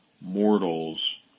mortals